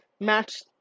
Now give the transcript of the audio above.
match